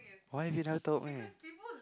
why did not told me